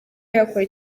yakora